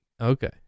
okay